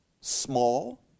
small